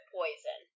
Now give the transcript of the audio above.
poison